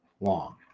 long